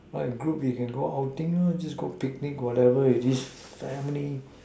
wide group you can go outing lah just go picnic whatever it is family